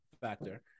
factor